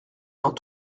dans